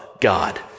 God